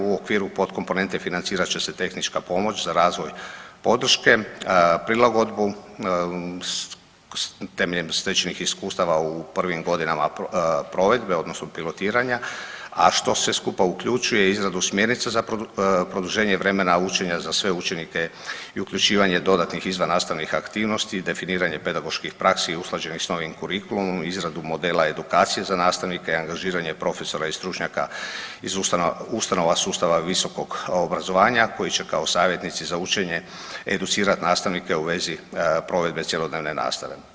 U okviru pod komponente financirat će se tehnička pomoć za razvoj podrške, prilagodbu, temeljem stečenih iskustava u prvim godinama provedbe odnosno pilotiranja, a što sve skupa uključuje izradu smjernica za produženje vremena učenja za sve učenike i uključivanje dodatnih izvannastavnih aktivnosti, definiranje pedagoških praksi i usklađenih s novim kurikulumom, izradu modela edukacije za nastavnike, angažiranje profesora i stručnjaka iz ustanova sustava visokog obrazovanja koji će kao savjetnici za učenje educirat nastavnike u vezi provedbi cjelodnevne nastave.